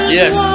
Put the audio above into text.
yes